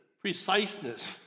preciseness